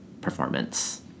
performance